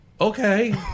Okay